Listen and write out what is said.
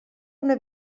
una